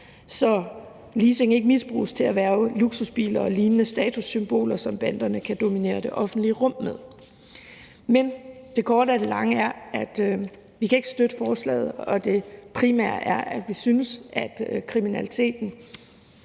så leasing ikke misbruges til at erhverve luksusbiler og lignende statussymboler, som banderne kan dominere det offentlige rum med. Men det korte af det lange er, at vi ikke kan støtte forslaget, og det primære er, at vi synes, at kriminaliteten